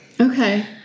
okay